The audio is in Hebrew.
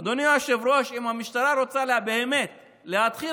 אדוני היושב-ראש: אם המשטרה רוצה באמת להתחיל